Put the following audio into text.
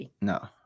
No